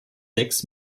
sechs